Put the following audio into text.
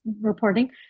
reporting